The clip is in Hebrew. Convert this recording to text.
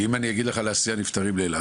אתה אומר שאתה לא יכול להסיע נפטרים לאילת.